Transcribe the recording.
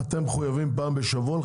אתם מחויבים לחלק פעם בשבוע?